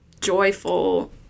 joyful